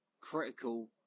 Critical